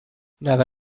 nada